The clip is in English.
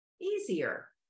easier